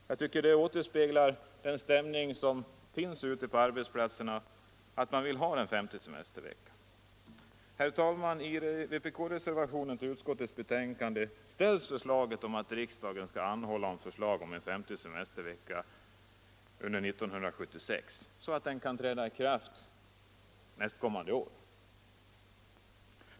Jag tycker det återspeglar den stämning som finns ute på arbetsplatserna och det visar att man där vill ha den femte semesterveckan. Fru talman! I vpk-reservationen till utskottets betänkande ställs förslaget att riksdagen skall anhålla om förslag om en femte semestervecka under 1976, så att den kan bli verklighet nästkommande år.